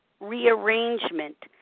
rearrangement